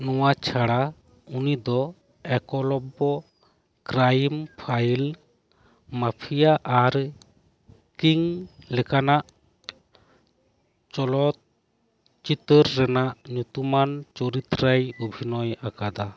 ᱱᱚᱣᱟ ᱪᱷᱟᱰᱟ ᱩᱱᱤᱫᱚ ᱮᱠᱞᱚᱵᱵᱚ ᱠᱨᱟᱭᱤᱢ ᱯᱷᱟᱭᱤᱞ ᱢᱟᱯᱷᱤᱭᱟ ᱟᱨ ᱠᱤᱝ ᱞᱮᱠᱟᱱᱟᱜ ᱪᱚᱞᱚᱛ ᱪᱤᱛᱟᱹᱨ ᱨᱮᱱᱟᱜ ᱧᱩᱛᱩᱢᱟᱱ ᱪᱩᱨᱤᱛ ᱨᱮᱭ ᱚᱵᱷᱤᱱᱚᱭ ᱟᱠᱟᱫᱟ